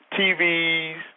TVs